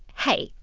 hey,